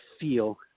feel